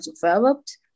developed